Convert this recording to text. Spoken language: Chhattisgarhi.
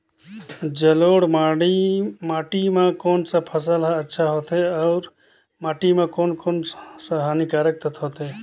जलोढ़ माटी मां कोन सा फसल ह अच्छा होथे अउर माटी म कोन कोन स हानिकारक तत्व होथे?